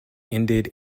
ended